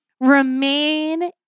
Remain